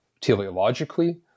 teleologically